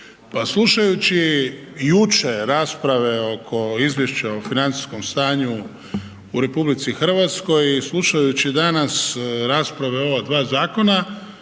pa slušajući jučer rasprave oko izvješća o financijskom stanju u RH i slušajući danas rasprave o ova dva zakona